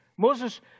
Moses